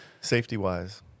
Safety-wise